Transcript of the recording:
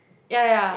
ya ya